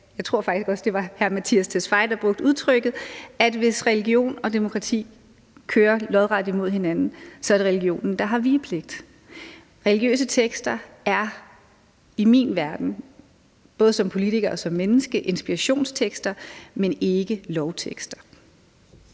jeg tror faktisk også, det var hr. Mattias Tesfaye, der brugte udtrykket – at hvis religion og demokrati støder sammen, er det religionen, der har vigepligt. Religiøse tekster er i min verden – både som politiker og som menneske – inspirationstekster, men ikke lovtekster.